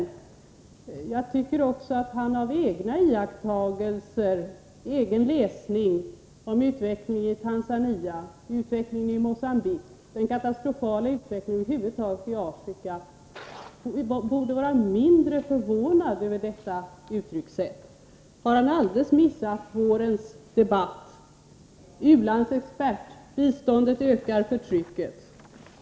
Utrikesutskottets ordförande borde också av egna iakttagelser och av egen läsning om utvecklingen i Tanzania och Mogambique — ja, den katastrofala utvecklingen över huvud taget i Afrika — vara mindre förvånad över detta uttryckssätt. Har Stig Alemyr alldeles missat vårens debatt? En av rubrikerna i den har varit U-landsexpert: Biståndet ökar förtrycket.